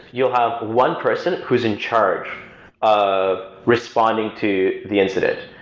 you'll have one person who is in charge of responding to the incident.